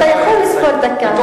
אתה יכול לספור דקה.